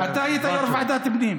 חבר הכנסת אמסלם,